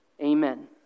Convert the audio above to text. Amen